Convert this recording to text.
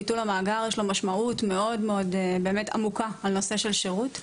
לביטול המאגר יש משמעות מאוד-מאוד עמוקה על נושא של שירות.